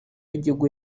y’igihugu